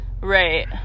Right